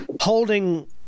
holding